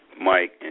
Mike